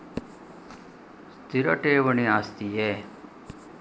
ಸ್ಥಿರ ಠೇವಣಿ ಆಸ್ತಿಯೇ?